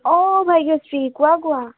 অ ভাগ্যশ্ৰী কোৱা কোৱা